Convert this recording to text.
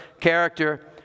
character